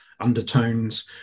undertones